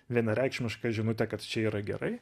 vienareikšmišką žinutę kad čia yra gerai